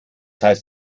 heißt